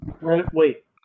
wait